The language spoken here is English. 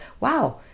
wow